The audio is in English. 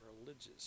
religious